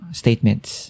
statements